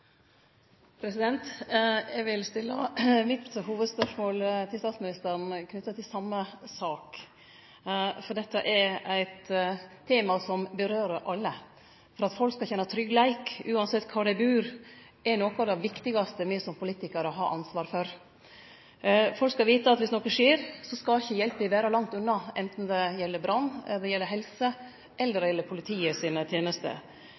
Mitt hovudspørsmål til statsministeren er knytt til den same saka. Dette er eit tema som angår alle. At folk skal kjenne tryggleik, uansett kor dei bur, er noko av det viktigaste me som politikarar har ansvar for. Folk skal vite at dersom noko skjer, skal ikkje hjelpa vere langt unna, anten det gjeld brann, helse eller politiet sine tenester.